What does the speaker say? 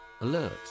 Alert